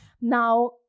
Now